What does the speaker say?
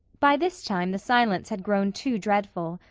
by this time the silence had grown too dreadful,